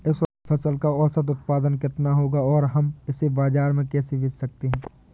इस फसल का औसत उत्पादन कितना होगा और हम इसे बाजार में कैसे बेच सकते हैं?